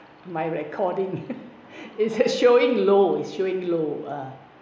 my recording is showing low is showing low uh